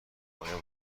آیا